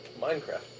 Minecraft